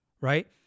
right